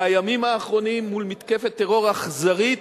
מול מתקפת אכזרית,